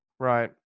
right